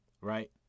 right